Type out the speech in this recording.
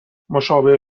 مشابه